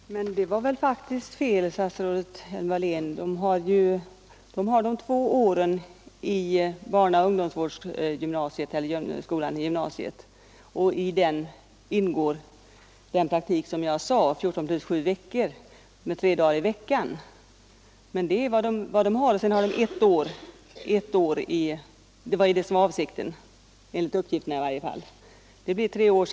Herr talman! Men det var väl en felaktig framställning, statsrådet Hjelm-Wallén. Dessa elever har bakom sig två år på vårdlinjens gren för barnaoch ungdomsvård i gymnasiet. I denna tid ingår den praktik som jag nämnde, dvs. tre dagar per vecka under 14 plus 7 veckor. Därtill kommer nu i varje fall enligt uppgift ett år. Detta blir sammanlagt tre år.